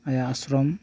ᱟᱭᱟᱜ ᱟᱥᱥᱨᱚᱢ